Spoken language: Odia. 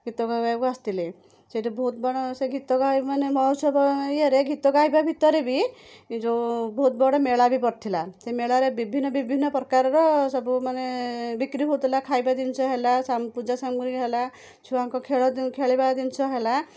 ଗୀତ ଗାଇବାକୁ ଆସିଥିଲେ ସେଇଠି ବହୁତ ବଡ଼ ସେ ଗୀତ ଗାଇବେ ମାନେ ମହୋତ୍ସବ ଇଏରେ ଗୀତ ଗାଇବା ଭିତରେ ବି ଏ ଯେଉଁ ବହୁତ ବଡ଼ ମେଳା ବି ପଡ଼ିଥିଲା ସେ ମେଳାରେ ବିଭିନ୍ନ ବିଭିନ୍ନ ପ୍ରକାରର ସବୁ ମାନେ ବିକ୍ରି ହଉଥିଲା ଖାଇବା ଜିନଷ ହେଲା ସାମ ପୂଜା ସାମଗ୍ରୀ ହେଲା ଛୁଆଙ୍କ ଖେଳ ଖେଳିବା ଜିନିଷ ହେଲା